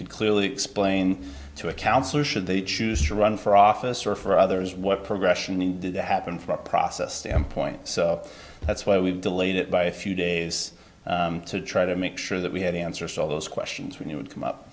could clearly explain to a counselor should they choose to run for office or for others what progression in did that happen for a process them point so that's why we delayed it by a few days to try to make sure that we had the answers to all those questions we knew would come up